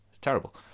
terrible